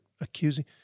accusing